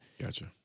Gotcha